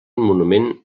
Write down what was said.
monument